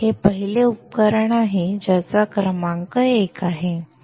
हे पहिले उपकरण आहे ज्याचा क्रमांक 1 आहे